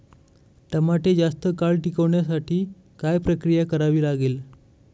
टमाटे जास्त काळ टिकवण्यासाठी काय प्रक्रिया करावी लागेल?